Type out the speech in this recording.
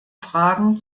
fragen